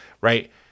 right